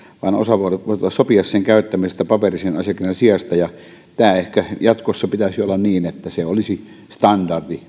vaan osapuolet voivat sopia sen käyttämisestä paperisen asiakirjan sijasta tämän ehkä jatkossa pitäisi olla niin että sähköinen rahtiasiakirja olisi standardi